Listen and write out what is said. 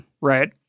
Right